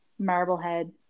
Marblehead